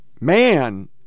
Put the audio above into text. man